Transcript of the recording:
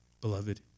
beloved